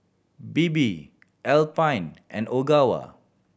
Bebe Alpen and Ogawa